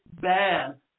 bad